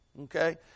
Okay